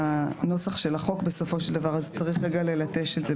נוסח החוק בסופו של דבר אז צריך ללטש זאת.